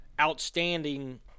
outstanding